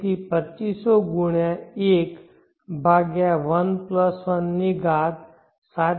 તેથી 2500 ગુણ્યાં 1 ભાગ્યા 1 i ની ઘાત 7